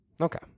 Okay